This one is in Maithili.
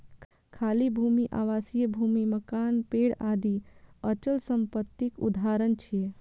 खाली भूमि, आवासीय भूमि, मकान, पेड़ आदि अचल संपत्तिक उदाहरण छियै